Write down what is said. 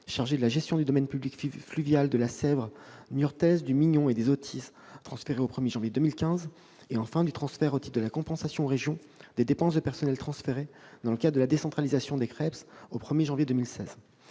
chargés de la gestion du domaine public fluvial de la Sèvre niortaise, du Mignon et des Autizes, transférés au 1 janvier 2015 ; enfin, du transfert au titre de la compensation aux régions des dépenses de personnel transférées dans le cadre de la décentralisation des Centres de